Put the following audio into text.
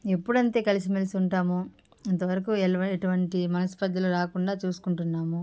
ఎప్పుడు అంతే కలిసి మెలిసి ఉంటాము ఇంతవరకు ఎలు ఎటువంటి మనస్పర్థలు రాకుండా చూసుకుంటున్నాము